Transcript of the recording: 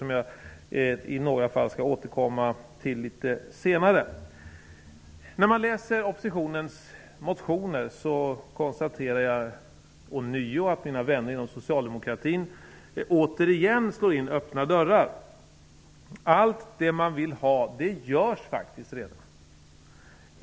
Jag skall återkomma till några av dem litet senare. När jag läser oppositionens motioner konstaterar jag att mina vänner inom socialdemokratin återigen slår in öppna dörrar. Allt det som man vill ha är faktiskt redan på gång.